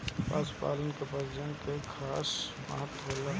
पशुपालन में प्रजनन कअ खास महत्व होला